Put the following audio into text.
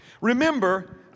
Remember